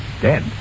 dead